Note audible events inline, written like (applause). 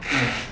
(noise)